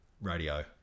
radio